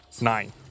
Nine